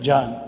John